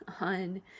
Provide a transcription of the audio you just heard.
on